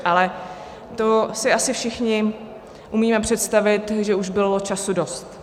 Ale to si asi všichni umíme představit, že už bylo času dost.